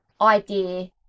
idea